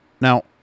Now